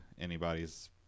anybody's